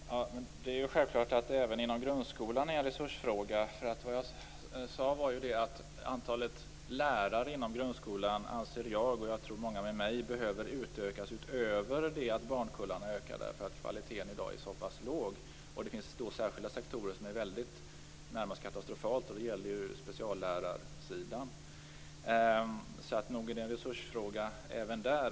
Fru talman! Det är självklart att det även är en resursfråga inom grundskolan. Jag, och tror jag många med mig, anser att antalet lärare i grundskolan behöver utökas utöver det antal som beror på större barnkullar därför att kvaliteten i dag är så pass låg. Det finns särskilda sektorer där förhållandena är närmast katastrofala. Det gäller bl.a. speciallärarsidan. Nog är det en resursfråga även där.